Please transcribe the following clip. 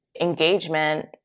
engagement